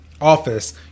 office